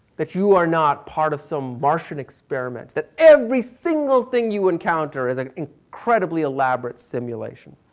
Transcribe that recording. that you are not part of some martian experiment? that every single thing you encounter is an incredibly elaborate simulation.